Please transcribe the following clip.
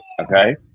okay